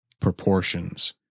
proportions